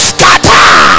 Scatter